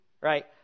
Right